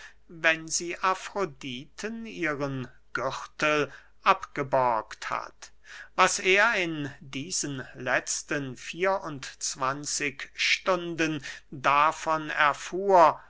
wenn sie afroditen ihren gürtel abgeborgt hat was er in diesen letzten vier und zwanzig stunden davon erfuhr